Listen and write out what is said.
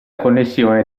connessione